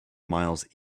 miles